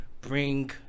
bring